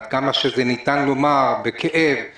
עד כמה שניתן לומר בכאב,